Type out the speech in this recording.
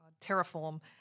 Terraform